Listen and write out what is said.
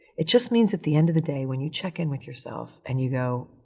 it just means at the end of the day when you check in with yourself and you go,